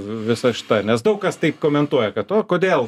visa šita nes daug kas taip komentuoja kad o kodėl